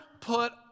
put